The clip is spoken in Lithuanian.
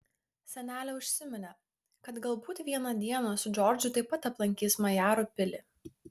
senelė užsiminė kad galbūt vieną dieną su džordžu taip pat aplankys majarų pilį